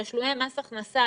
תשלומי מס הכנסה,